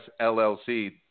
LLC